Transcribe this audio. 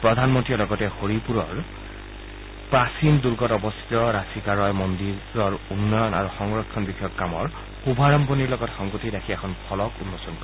প্ৰধানমন্ত্ৰীয়ে লগতে হৰিপুৰগড়ৰ প্ৰাচীন দুৰ্গত অৱস্থিত ৰাছিকা ৰয় মন্দিৰৰ উন্নয়ন আৰু সংৰক্ষণ বিষয়ক কামৰ শুভাৰম্ভণিৰ লগত সংগতি ৰাখি এখন ফলকো উন্মোচন কৰিব